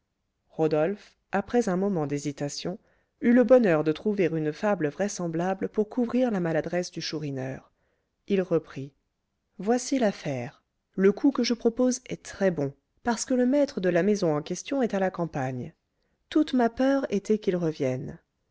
rodolphe après un moment d'hésitation eut le bonheur de trouver une fable vraisemblable pour couvrir la maladresse du chourineur il reprit voici l'affaire le coup que je propose est très-bon parce que le maître de la maison en question est à la campagne toute ma peur était qu'il revienne